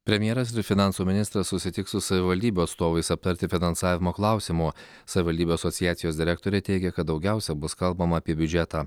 premjeras ir finansų ministras susitiks su savivaldybių atstovais aptarti finansavimo klausimo savivaldybių asociacijos direktorė teigia kad daugiausia bus kalbama apie biudžetą